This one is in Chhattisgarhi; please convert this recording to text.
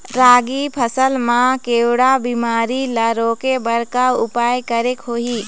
रागी फसल मा केवड़ा बीमारी ला रोके बर का उपाय करेक होही?